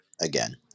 again